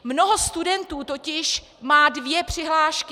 Mnoho studentů totiž má dvě přihlášky.